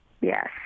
Yes